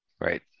Right